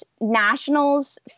nationals